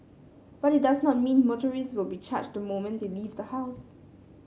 but it does not mean motorist will be charged the moment they leave the house